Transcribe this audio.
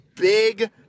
Big